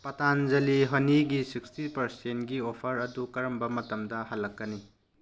ꯄꯥꯇꯥꯟꯖꯂꯤ ꯍꯅꯤꯒꯤ ꯁꯤꯛꯁꯇꯤ ꯄꯥꯔꯁꯦꯟꯒꯤ ꯑꯣꯐꯔ ꯑꯗꯨ ꯀꯔꯝꯕ ꯃꯇꯝꯗ ꯍꯜꯂꯛꯀꯅꯤ